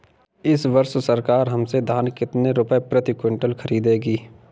इस वर्ष सरकार हमसे धान कितने रुपए प्रति क्विंटल खरीदेगी?